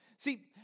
See